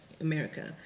America